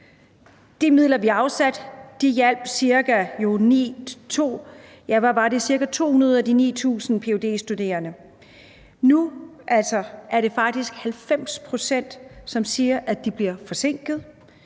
De midler, vi har afsat, hjalp cirka 200 af de 9.000 ph.d.-studerende. Nu er det faktisk 90 pct., som siger, at de bliver forsinket.